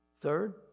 Third